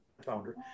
founder